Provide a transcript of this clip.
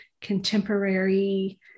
contemporary